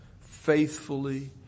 faithfully